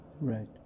Right